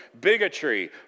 bigotry